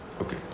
Okay